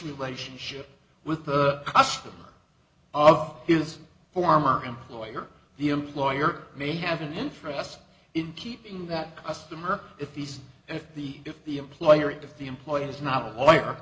relationship with the customer of his former employer the employer may have an interest in keeping that customer if he's if the if the employer if the employee is not a lawyer